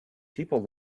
people